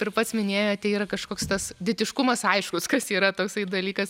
ir pats minėjote yra kažkoks tas ditiškumas aiškus kas yra toksai dalykas